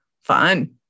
Fun